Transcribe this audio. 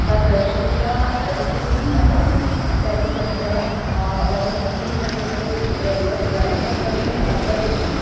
तद् शिथिला शिथिलं न जातं तर्हि तत्र वयं द्रष्टुं शक्यते य यद् रथसप्तमीपर्वदिने